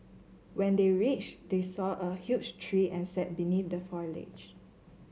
when they reached they saw a huge tree and sat beneath the foliage